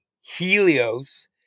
Helios